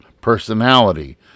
personality